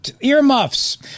earmuffs